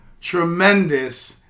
tremendous